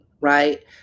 Right